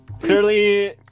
clearly